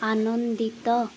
ଆନନ୍ଦିତ